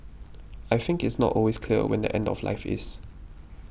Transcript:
I think it's not always clear when the end of life is